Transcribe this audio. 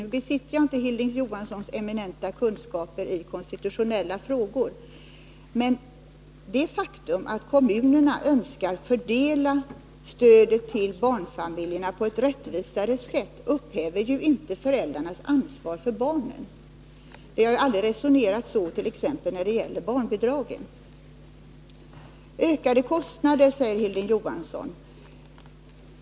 Nu besitter jag inte Hilding Johanssons eminenta kunskaper i konstitutionella frågor, men det faktum att kommunerna önskar fördela stödet till barnfamiljerna på ett mera rättvist sätt upphäver såvitt jag kan se inte föräldrarnas ansvar för barnen. Vi har aldrig resonerat så t.ex. när det gäller barnbidragen. Det blir ökade kostnader, säger Hilding Johansson.